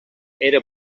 era